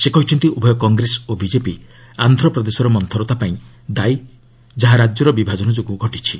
ସେ କହିଛନ୍ତି ଉଭୟ କଂଗ୍ରେସ ଓ ବିକେପି ଆନ୍ଧ୍ରପ୍ରଦେଶର ମନ୍ତରତା ପାଇଁ ଦାୟୀ ଯାହା ରାଜ୍ୟର ବିଭାଜନ ଯୋଗୁଁ ଘଟିଛି